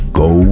go